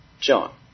John